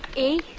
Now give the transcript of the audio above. a